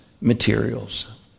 materials